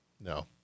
No